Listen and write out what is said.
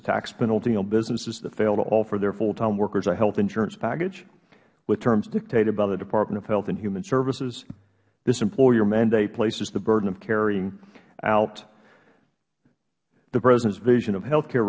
a tax penalty on businesses that fail to offer their full time workers a health insurance package with terms dictated by the department of health and human services this employer mandate places the burden of carrying out the presidents vision of healthcare